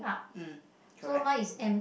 mm correct